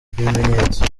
ibimenyetso